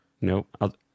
Nope